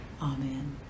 Amen